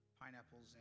pineapples